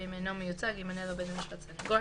ואם אינו מיוצג ימנה לו בית המשפט סניגור,